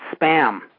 spam